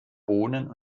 bohnen